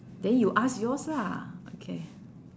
then you ask yours lah okay